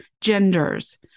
genders